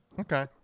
Okay